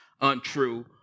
untrue